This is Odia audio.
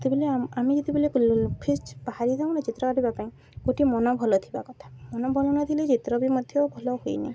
ସେତେବେଲେ ଆମେ ଯେତେବେଲେ ଫ୍ରେଶ୍ ବାହାରିଥାଉ ଚିତ୍ର କରିବା ପାଇଁ ସେତେବେଳେ ମନ ଭଲ ଥିବା କଥା ମନ ଭଲ ନଥିଲେ ଚିତ୍ର ବି ମଧ୍ୟ ଭଲ ହୁଏନି